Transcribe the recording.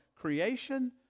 creation